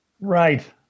Right